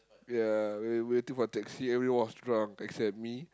yeah we waiting for the taxi everyone was drunk except me